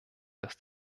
dass